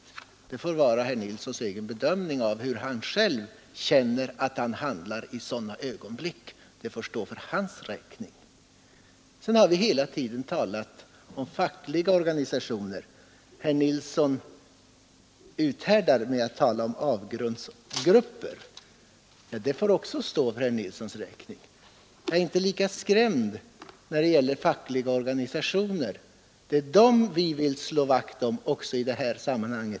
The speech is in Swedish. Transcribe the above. Det får vara herr Nilssons egen bedömning av hur han känner att han handlar i sådana ögonblick och får alltså stå för hans räkning. Vi har hela tiden talat om fackliga organisationer — herr Nilsson framhärdar med att tala om avgrundsgrupper. Det får också stå för herr Nilssons räkning. Jag är inte lika skrämd när det gäller fackliga organisationer. Det är dem vi vill slå vakt om också i detta sammanhang.